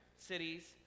Cities